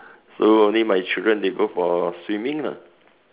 so only my children they go for swimming lah